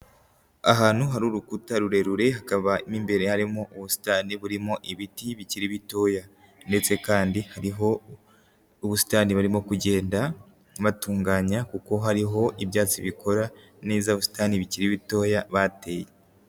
Ahantu hari urukuta rurerure, hakaba mo imbere harimo ubusitani burimo ibiti bikiri bitoya ndetse kandi hariho ubusitani barimo kugenda batunganya kuko hariho ibyatsi bikora neza ubusitani bikiri bitoya bateye.